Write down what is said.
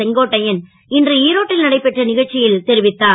செங்கோட்டையன் இன்று ஈரோட்டில் நடைபெற்ற நிகழ்ச்சியில் தெரிவித்தார்